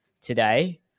today